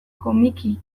komiki